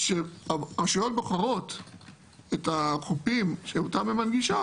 כשהרשויות בוחרות את החופים אותם הן מנגישות